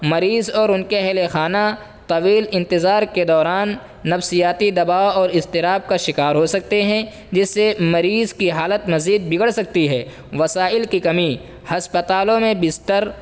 مریض اور ان کے اہل خانہ طویل انتظار کے دوران نفسیاتی دباؤ اور اضطراب کا شکار ہو سکتے ہیں جس سے مریض کی حالت مزید بگڑ سکتی ہے وسائل کی کمی ہسپتالوں میں بستر